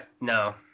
No